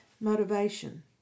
motivation